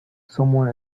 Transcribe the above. someone